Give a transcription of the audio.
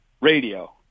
radio